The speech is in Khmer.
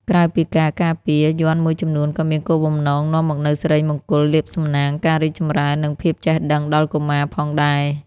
ក្រៅពីការការពារ យ័ន្តមួយចំនួនក៏មានគោលបំណងនាំមកនូវសិរីមង្គល លាភសំណាង ការរីកចម្រើន និងភាពចេះដឹងដល់កុមារផងដែរ។